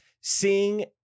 seeing